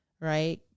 right